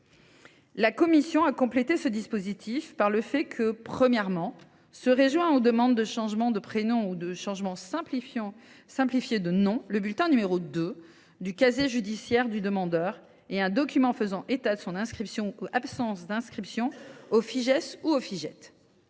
La commission a complété ce dispositif en prévoyant, premièrement, que seraient joints aux demandes de changement de prénom ou de changement simplifié de nom le bulletin n° 2 du casier judiciaire du demandeur et un document faisant état de son inscription ou absence d’inscription au Fijais ou au Fijait